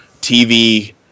TV